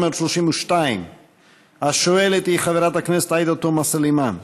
432. השואלת היא חברת הכנסת עאידה תומא סלימאן.